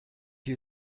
you